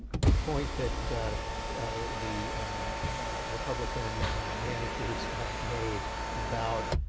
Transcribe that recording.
the point that the republican managers made about